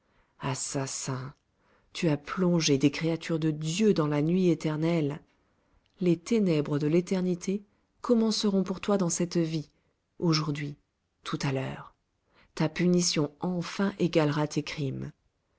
assassin tu as plongé des créatures de dieu dans la nuit éternelle les ténèbres de l'éternité commenceront pour toi dans cette vie aujourd'hui tout à l'heure ta punition enfin égalera tes crimes